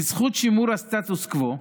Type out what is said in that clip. בזכות שימור הסטטוס קוו,